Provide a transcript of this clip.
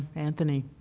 anthony?